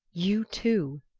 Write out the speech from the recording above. you too?